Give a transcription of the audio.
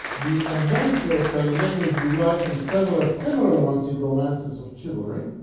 the adventure of clavileno is derived from several ah similar ones in romances of chivalry,